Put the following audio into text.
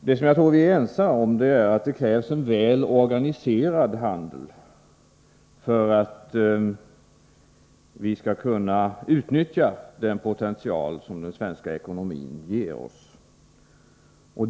Vi torde vara ense om att det krävs en väl organiserad handel för att vi skall kunna utnyttja den potential som den svenska ekonomin ger oss.